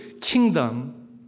kingdom